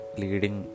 leading